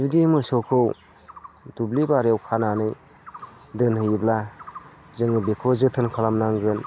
बिदि मोसौखौ दुब्लि बारियाव खानानै दोनहैयोब्ला जोङो बेखौ जोथोन खालामनांगोन